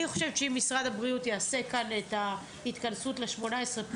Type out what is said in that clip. אני חושבת שאם משרד הבריאות יעשה כאן את ההתכנסות ל-18+,